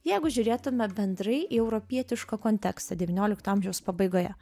jeigu žiūrėtume bendrai į europietišką kontekstą devyniolikto amžiaus pabaigoje